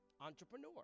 entrepreneur